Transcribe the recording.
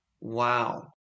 Wow